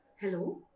Hello